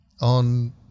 on